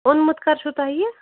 اوٚنمُت کَر چھُ تۅہہِ یہِ